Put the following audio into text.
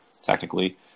technically